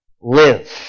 live